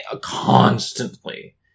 Constantly